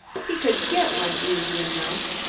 he could get one easy enough.